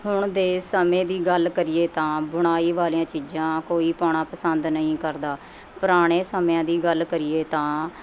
ਹੁਣ ਦੇ ਸਮੇਂ ਦੀ ਗੱਲ ਕਰੀਏ ਤਾਂ ਬੁਣਾਈ ਵਾਲੀਆਂ ਚੀਜ਼ਾਂ ਕੋਈ ਪਾਉਣਾ ਪਸੰਦ ਨਹੀਂ ਕਰਦਾ ਪੁਰਾਣੇ ਸਮਿਆਂ ਦੀ ਗੱਲ ਕਰੀਏ ਤਾਂ